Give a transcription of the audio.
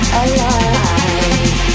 alive